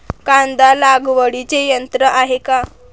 कांदा लागवडीचे यंत्र आहे का?